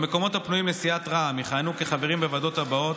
במקומות הפנויים לסיעת רע"מ יכהנו החברים בוועדות הבאות: